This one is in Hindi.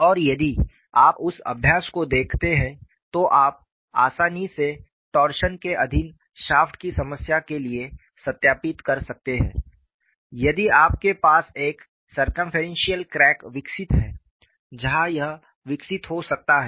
और यदि आप उस अभ्यास को देखते हैं तो आप आसानी से टॉरशन के अधीन शाफ्ट की समस्या के लिए सत्यापित कर सकते हैं यदि आपके पास एक सरकमफ्रेंनसीएल क्रैक विकसित है जहां यह विकसित हो सकता है